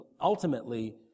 ultimately